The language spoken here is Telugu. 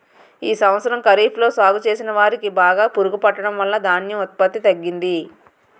ఈ సంవత్సరం ఖరీఫ్ లో సాగు చేసిన వరి కి బాగా పురుగు పట్టడం వలన ధాన్యం ఉత్పత్తి తగ్గింది